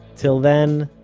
till then,